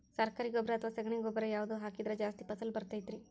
ಸರಕಾರಿ ಗೊಬ್ಬರ ಅಥವಾ ಸಗಣಿ ಗೊಬ್ಬರ ಯಾವ್ದು ಹಾಕಿದ್ರ ಜಾಸ್ತಿ ಫಸಲು ಬರತೈತ್ರಿ?